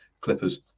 Clippers